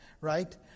right